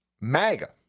MAGA